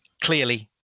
Clearly